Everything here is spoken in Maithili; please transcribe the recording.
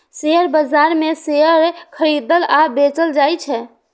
शेयर बाजार मे शेयर खरीदल आ बेचल जाइ छै